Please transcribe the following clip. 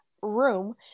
room